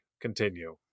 continue